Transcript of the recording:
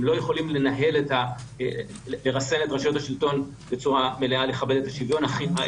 הם לא יכולים לרסן את רשויות השלטון בצורה מלאה לכבד את השוויון,